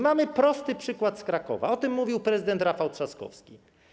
Mamy prosty przykład z Krakowa, o czym mówił prezydent Rafał Trzaskowski.